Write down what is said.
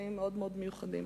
ובמופעים מאוד-מאוד מיוחדים.